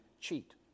cheat